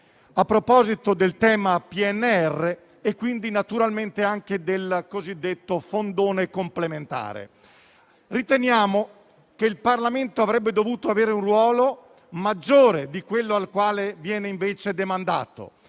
a proposito del tema PNRR e quindi naturalmente anche del cosiddetto "fondone" complementare. Riteniamo che il Parlamento avrebbe dovuto avere un ruolo maggiore di quello al quale viene invece demandato: